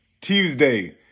Tuesday